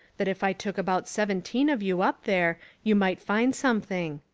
that if i took about seven teen of you up there you might find something.